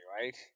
right